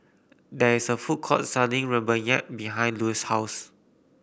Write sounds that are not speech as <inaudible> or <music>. there is a food court selling rempeyek behind <noise> Lue's house